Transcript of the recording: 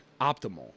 optimal